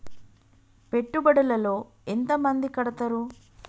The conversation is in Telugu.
పెట్టుబడుల లో ఎంత మంది కడుతరు?